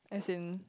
as in